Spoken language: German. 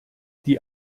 die